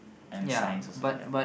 and science also ya